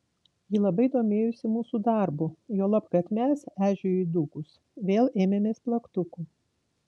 ji labai domėjosi mūsų darbu juolab kad mes ežiui įdūkus vėl ėmėmės plaktukų